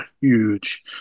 huge